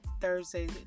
Thursday